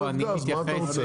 לא,